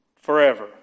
forever